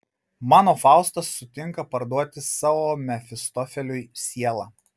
mano faustas sutinka parduoti savo mefistofeliui sielą